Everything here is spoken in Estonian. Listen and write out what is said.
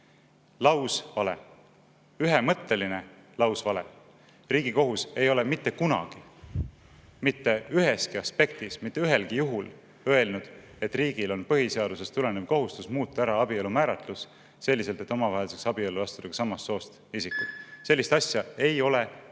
Lausvale, ühemõtteline lausvale. Riigikohus ei ole mitte kunagi mitte üheski aspektis mitte ühelgi juhul öelnud, et riigil on põhiseadusest tulenev kohustus muuta abielu määratlus ära selliselt, et omavahel saaks abiellu astuda samast soost isikud. Sellist asja ei ole mitte